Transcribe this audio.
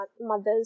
mothers